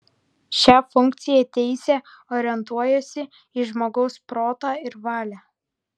šia funkciją teisė orientuojasi į žmogaus protą ir valią